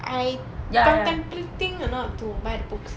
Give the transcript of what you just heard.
I contemplating or not to buy books